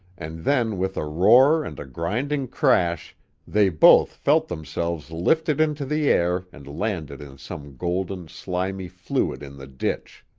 and then with a roar and a grinding crash they both felt themselves lifted into the air and landed in some golden, slimy fluid in the ditch.